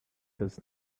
does